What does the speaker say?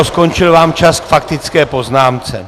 Skončil vám čas k faktické poznámce.